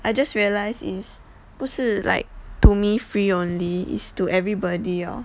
I just realized is 不是 like to me free only is to everybody lor